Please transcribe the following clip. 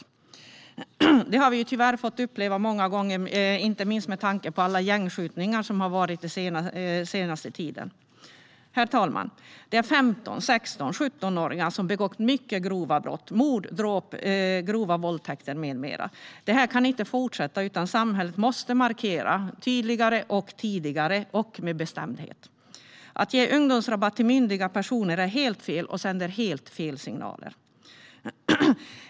Detta har vi tyvärr fått uppleva många gånger, inte minst med tanke på alla gängskjutningar den senaste tiden. Herr talman! Det är 15, 16 och 17-åringar som begår mycket grova brott: mord, dråp, grova våldtäkter med mera. Detta kan inte fortsätta, utan samhället måste markera tydligare, tidigare och med bestämdhet. Att ge ungdomsrabatt till myndiga personer är helt fel och sänder helt fel signaler.